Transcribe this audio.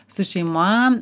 su šeima